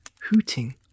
hooting